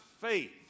faith